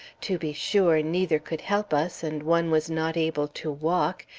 to be sure, neither could help us, and one was not able to walk,